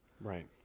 Right